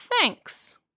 Thanks